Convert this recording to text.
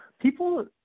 people